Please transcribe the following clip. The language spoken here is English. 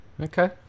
Okay